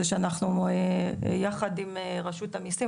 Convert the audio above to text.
זה שאנחנו יחד עם רשות המיסים,